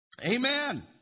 Amen